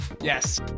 Yes